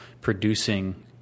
producing